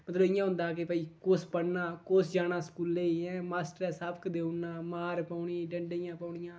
मतलब इ'यां होंदा कि भाई कुस पढ़ना कुस जाना स्कूलै गी ऐं मास्टरै सबक देई ओड़ना मारी पौनी डंडे दियां पौनियां